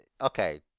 okay